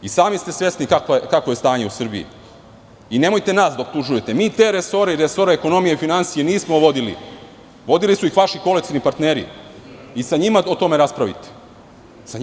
Sami ste svesni kakvo je stanje u Srbiji i nemojte nas da optužujete, jer mi te resore i resore ekonomije i finansija nismo vodili, vodili su ih vaši koalicioni partneri i sa njima o tome raspravljajte.